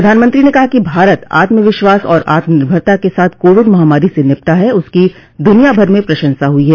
प्रधानमंत्री ने कहा कि भारत आत्मविश्वास और आत्मनिर्भरता के साथ कोविड महामारी से निपटा है उसकी दुनियाभर में प्रशंसा हुई है